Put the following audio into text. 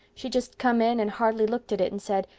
she just come in and hardly looked at it and said,